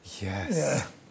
Yes